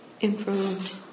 improved